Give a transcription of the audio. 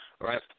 right